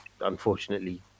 Unfortunately